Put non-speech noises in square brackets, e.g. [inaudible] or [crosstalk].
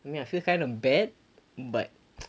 I mean I feel kind of bad but [noise]